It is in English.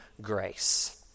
grace